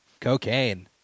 cocaine